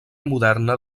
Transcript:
moderna